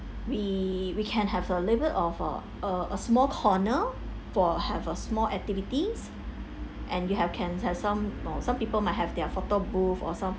we we can have a limit of a a a small corner for have a small activities and you have can have some some people might have their photo booth or some